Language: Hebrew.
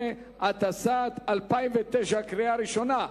12), התשס"ט 2009, קריאה ראשונה.